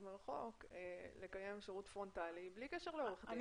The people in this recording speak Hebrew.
מרחוק לקיים שירות פרונטלי בלי קשר לעורך דין.